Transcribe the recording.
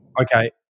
Okay